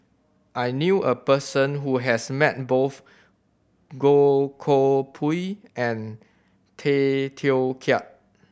I knew a person who has met both Goh Koh Pui and Tay Teow Kiat